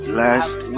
last